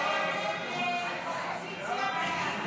לא נתקבלה.